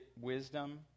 wisdom